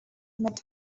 met